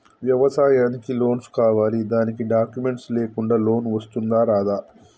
వ్యవసాయానికి లోన్స్ కావాలి దానికి డాక్యుమెంట్స్ లేకుండా లోన్ వస్తుందా రాదా?